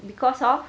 because of